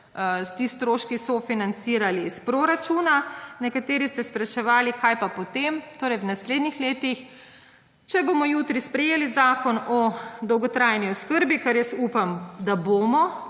ti stroški sofinancirali iz proračuna. Nekateri ste spraševali, kaj pa potem, torej v naslednjih letih. Če bomo jutri sprejeli zakon o dolgotrajni oskrbi, kar jaz upam, da bomo,